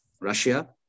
Russia